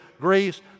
Greece